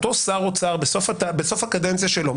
אותו שר אוצר בסוף הקדנציה שלו,